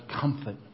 comfort